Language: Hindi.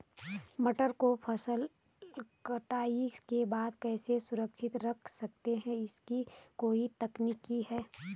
मटर को फसल कटाई के बाद कैसे सुरक्षित रख सकते हैं इसकी कोई तकनीक है?